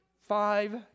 five